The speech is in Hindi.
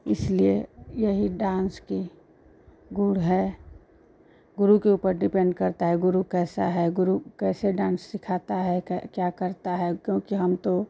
इसलिए यही डान्स का गुण है गुरु के ऊपर डिपेन्ड करता है गुरु कैसा है गुरु कैसे डान्स सिखाता है क्या करता है क्योंकि हम तो